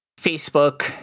facebook